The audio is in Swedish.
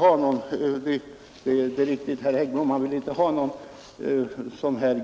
Hans partikamrat herr Heggblom ville inte ha någon